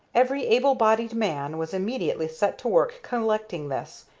every able-bodied man was immediately set to work collecting this,